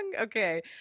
okay